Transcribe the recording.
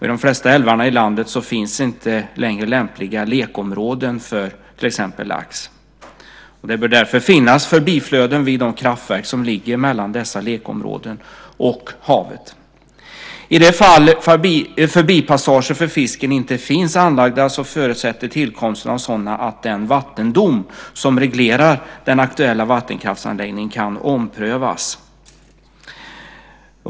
I de flesta älvar i landet finns inte längre lämpliga lekområden för till exempel lax. Det bör därför finnas förbiflöden vid de kraftverk som ligger mellan dessa lekområden och havet. I de fall förbipassager för fisken inte finns anlagda förutsätter tillkomsten av sådana att den vattendom som reglerar den aktuella vattenkraftsanläggningen kan omprövas.